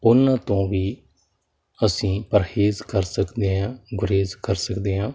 ਉਹਨਾਂ ਤੋਂ ਵੀ ਅਸੀਂ ਪਰਹੇਜ਼ ਕਰ ਸਕਦੇ ਹਾਂ ਗੁਰੇਜ਼ ਕਰ ਸਕਦੇ ਹਾਂ